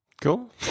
Cool